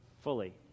fully